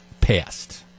passed